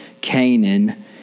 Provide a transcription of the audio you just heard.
Canaan